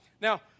Now